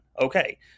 okay